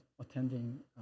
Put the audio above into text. attending